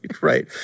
right